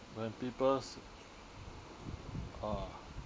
when people's ah